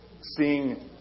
seeing